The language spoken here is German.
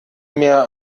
mehr